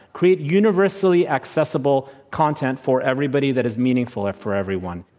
create universally accessible content for everybody that is meaningful or for everyone.